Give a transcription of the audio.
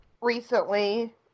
recently